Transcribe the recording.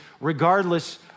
Regardless